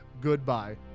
Goodbye